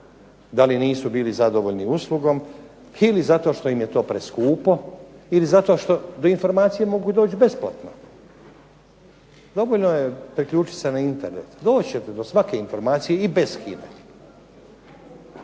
Da li nisu bili zadovoljni uslugom ili zato što im je to preskupo ili zato što do informacije mogu doći besplatno. Dovoljno je priključiti se na internet. Doći ćete do svake informacije i bez HINA-e.